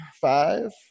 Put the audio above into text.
Five